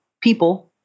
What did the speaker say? people